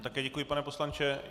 Také děkuji, pane poslanče.